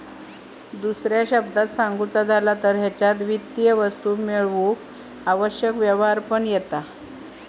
दुसऱ्या शब्दांत सांगुचा झाला तर हेच्यात वित्तीय वस्तू मेळवूक आवश्यक व्यवहार पण येता